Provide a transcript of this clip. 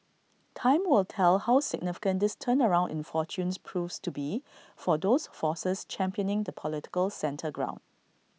time will tell how significant this turnaround in fortunes proves to be for those forces championing the political centre ground